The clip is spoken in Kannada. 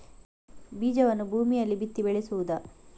ಬೀಜವನ್ನು ಭೂಮಿಯಲ್ಲಿ ಬಿತ್ತಿ ಬೆಳೆಸುವುದಾ?